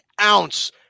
ounce